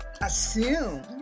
assume